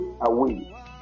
away